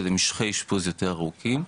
לאשפוזים חוזרים ולמשכי אשפוז יותר ארוכים.